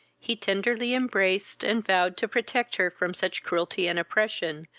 he tenderly embraced, and vowed to protect her from such cruelty and oppression,